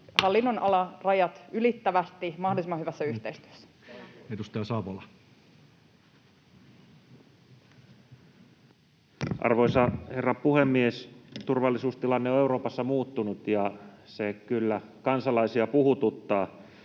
hallinnonalarajat ylittävästi mahdollisimman hyvässä yhteistyössä. Edustaja Savola. Arvoisa herra puhemies! Turvallisuustilanne on Euroopassa muuttunut, ja se kyllä kansalaisia puhututtaa.